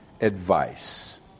advice